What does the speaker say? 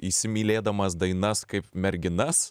įsimylėdamas dainas kaip merginas